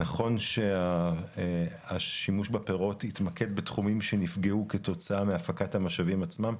נכון שהשימוש בפירות יתמקד בתחומים שנפגעו כתוצאה מהפקת המשאבים עצמם,